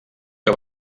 que